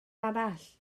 arall